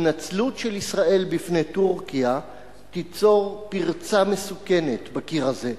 התנצלות של ישראל בפני טורקיה תיצור פרצה מסוכנת בקיר הזה.